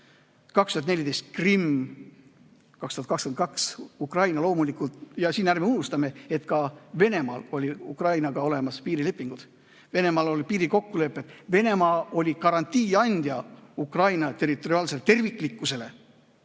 2014 Krimm, 2022 Ukraina loomulikult. Ja ärme unustame, et Venemaal olid Ukrainaga olemas piirilepingud. Venemaal olid piirikokkulepped. Venemaa oli andnud garantii Ukraina territoriaalsele terviklikkusele